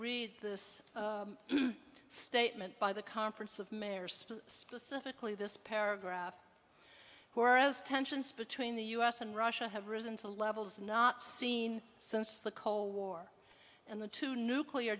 read this statement by the conference of mayors specifically this paragraph who are as tensions between the u s and russia have risen to levels not seen since the cold war and the two nuclear